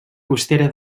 costera